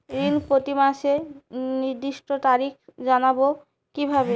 ঋণ প্রতিমাসের নির্দিষ্ট তারিখ জানবো কিভাবে?